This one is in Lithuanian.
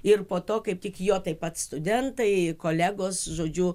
ir po to kaip tik jo taip pat studentai kolegos žodžiu